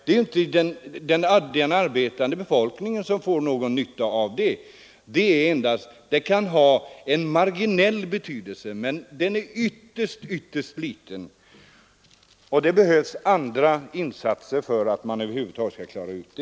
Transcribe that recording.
Det är inte den arbetande befolkningen som får nytta 165 av det. Det kan ha en marginell betydelse, men den är ytterst liten. För att lösa denna problematik krävs det helt andra insatser än de nuvarande.